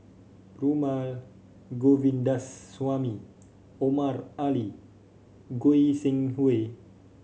Perumal Govindaswamy Omar Ali Goi Seng Hui